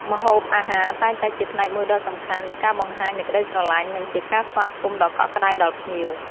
ម្ហូបអាហារតែងតែជាផ្នែកមួយដ៏សំខាន់នៃការបង្ហាញនូវក្តីស្រឡាញ់ និងជាការស្វាគមន៍ដ៏កក់ក្ដៅដល់ភ្ញៀវ។